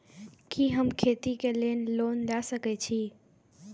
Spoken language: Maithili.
कि हम खेती के लिऐ लोन ले सके छी?